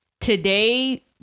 today